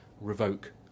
revoke